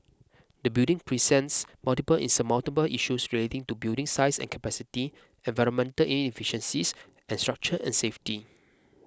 the building presents multiple insurmountable issues relating to building size and capacity environmental inefficiencies and structure and safety